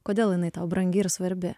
kodėl jinai tau brangi ir svarbi